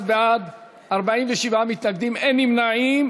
61 בעד, 47 מתנגדים, אין נמנעים.